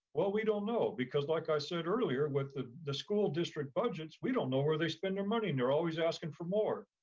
well, we don't know. because like i said earlier with the the school district budgets, we don't know where they spend their money, and they're always asking for more.